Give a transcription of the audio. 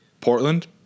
Portland